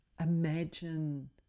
imagine